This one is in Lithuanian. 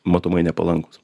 matomai nepalankūs